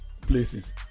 places